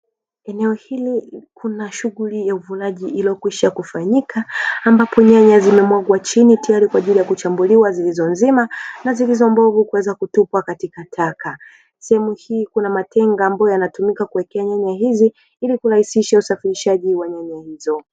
Sehemu hii kuna shughuli ya uvunaji iliyokwisha kufanyika ambapo nyanya zimemwagwa chini tayari kwaajili ya kuchambuliwa zilizo nzima na zilizo mbovu kutupwa katika taka. Sehemu hii kuna matenga ambayo yanatumika kuwekea nyanya hizi ili kurahisisha usafirishaji wa nyanya hizo.